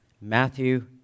Matthew